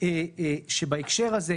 תגידו מה הרציונלים,